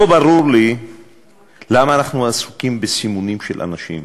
לא ברור לי למה אנחנו עסוקים בסימונים שלא נשים.